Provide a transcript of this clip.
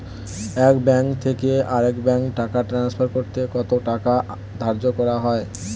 এক ব্যাংক থেকে আরেক ব্যাংকে টাকা টান্সফার করতে কত টাকা ধার্য করা হয়?